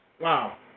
Wow